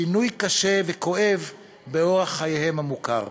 שינוי קשה וכואב באורח חייהם המוכר.